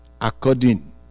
according